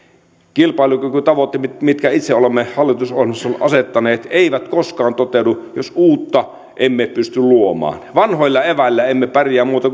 kilpailukykytavoitteet mitkä itse olemme hallitusohjelmassamme asettaneet eivät koskaan toteudu jos uutta emme pysty luomaan vanhoilla eväillä emme pärjää muuta